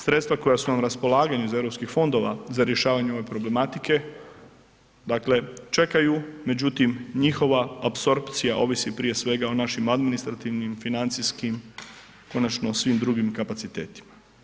Sredstva koja su nam na raspolaganju iz europskih fondova za rješavanje ove problematike, dakle, čekaju, međutim, njihova apsorpcija ovisi prije svega o našim administrativnim, financijskim, konačno o svim drugim kapacitetima.